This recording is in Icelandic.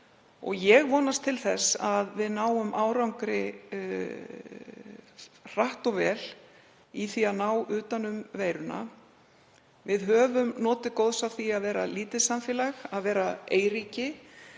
og ég vonast til þess að við náum árangri hratt og vel í því að ná utan um veiruna. Við höfum notið góðs af því að vera lítið samfélag, að vera eyríki,